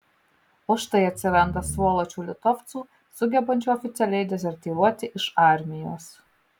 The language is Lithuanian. o štai atsiranda svoločių litovcų sugebančių oficialiai dezertyruoti iš armijos